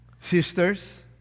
sisters